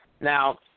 Now